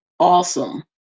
Awesome